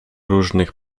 różnych